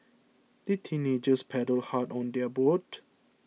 the teenagers paddled hard on their boat